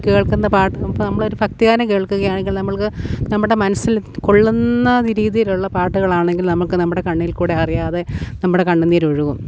കേൾക്കുന്ന പാട്ട് ഇപ്പോൾ നമ്മൾ ഒരു ഭക്തിഗാനം കേൾക്കുകയാണെങ്കിൽ നമ്മൾക്ക് നമ്മുടെ മനസ്സിൽ കൊള്ളുന്ന രീതിയിലുള്ള പാട്ടുകളാണെങ്കിൽ നമുക്ക് നമ്മുടെ കണ്ണിൽ കൂടെ അറിയാതെ നമ്മുടെ കണ്ണു നീരൊഴുകും